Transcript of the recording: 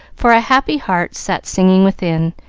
for a happy heart sat singing within,